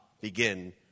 begin